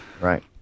Right